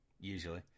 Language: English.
usually